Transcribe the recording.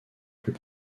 plus